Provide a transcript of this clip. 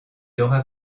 aura